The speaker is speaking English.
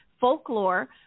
folklore